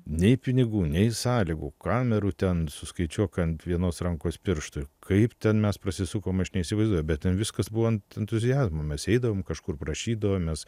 nei pinigų nei sąlygų kamerų ten suskaičiuok ant vienos rankos pirštų ir kaip ten mes prasisukom aš neįsivaizduoju bet ten viskas buvo ant entuziazmo mes eidavom kažkur prašydavomės